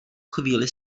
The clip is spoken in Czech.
chvíli